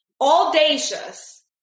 audacious